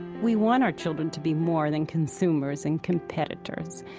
we want our children to be more than consumers and competitors.